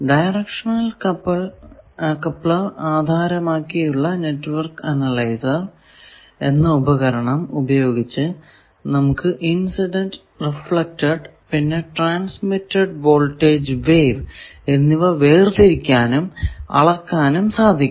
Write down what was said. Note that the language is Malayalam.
ഡയറക്ഷണൽ കപ്ലർ ആധാരമാക്കിയുള്ള നെറ്റ്വർക്ക് അനലൈസർ എന്ന ഉപകരണം ഉപയോഗിച്ച് നമുക്ക് ഇൻസിഡന്റ് റിഫ്ലെക്ടഡ് പിന്നെ ട്രാൻസ്മിറ്റഡ് വോൾടേജ് വേവ് എന്നിവ വേർതിരിക്കാനും അളക്കാനും സാധിക്കും